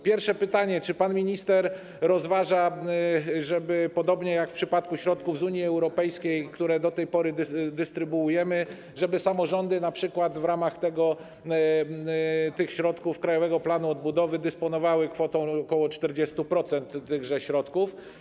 Pierwsze pytanie: Czy pan minister rozważa, żeby podobnie jak w przypadku środków z Unii Europejskiej, które do tej pory dystrybuujemy, samorządy np. w ramach środków krajowego planu odbudowy dysponowały ok. 40% tychże środków?